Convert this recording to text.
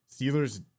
steelers